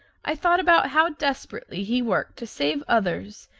i thought about how desperately he worked to save others,